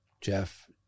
Jeff